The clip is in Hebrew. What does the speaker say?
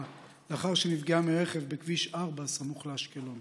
לאחר שנפגעה מרכב בכביש 4 סמוך לאשקלון.